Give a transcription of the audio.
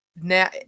now